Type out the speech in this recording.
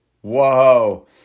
Whoa